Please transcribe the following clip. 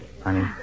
honey